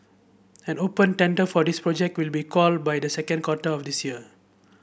an open tender for this project will be called by the second quarter of this year